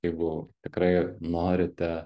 jeigu tikrai norite